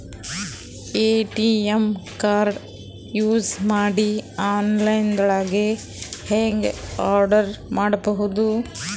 ATM card use ಮಾಡಿ online ದೊಳಗೆ ಹೆಂಗ್ ಆರ್ಡರ್ ಮಾಡುದು?